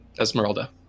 Esmeralda